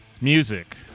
music